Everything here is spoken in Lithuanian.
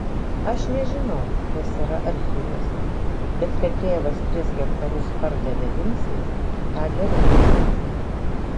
aš nežinau kas yra archyvuose bet kad tėvas tris hektarus pardavė vincei tą gerai prisimenu